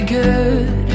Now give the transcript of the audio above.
good